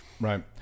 Right